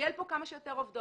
לגלגל פה כמה שיותר עובדות,